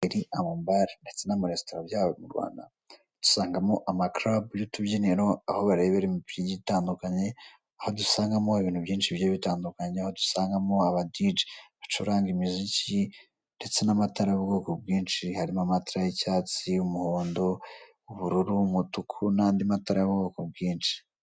amarikeri, amabare netse na marestora byaho. dusangamo ama club y'utubyiniro, aho barebera imipira itandukanye, aho dusangamwo ibintu byinshi bigiye bitandukanye, aho dusangamo aba DJ bacuranga imiziki igiye itandukanye ndetse n'amatara y'ubwoko bwinshi. Dusangamo amatara y'icyatsi, umuhondo ubururu, umutuku ndetse nandi matara y'ubwoko bwinshi.